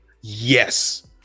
Yes